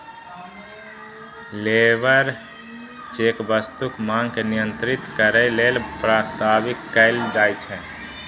labour check वस्तुक मांग के नियंत्रित करै लेल प्रस्तावित कैल जाइ छै